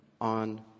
on